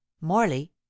morley